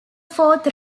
fourth